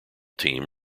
team